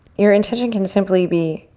your intention can simply be,